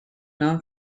known